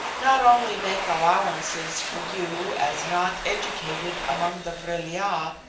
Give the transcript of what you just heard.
not only make allowances for you as not educated among the vril-ya,